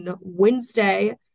wednesday